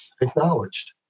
acknowledged